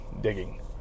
digging